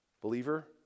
Believer